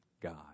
God